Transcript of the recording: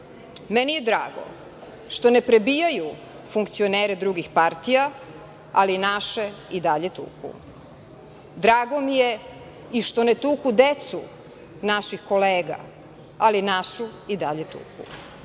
meni je drago što ne prebijaju funkcionere drugih partija, ali naše i dalje tuku. Drago mi je što ne tuku decu naših kolega, ali našu i dalje